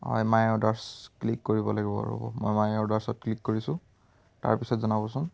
হয় my orders click কৰিব লাগিব ৰ'ব মই মাই অৰ্ডাৰছত ক্লিক কৰিছোঁ তাৰপিছত জনাবচোন